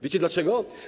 Wiecie dlaczego?